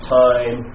time